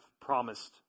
promised